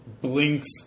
blinks